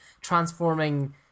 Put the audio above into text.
transforming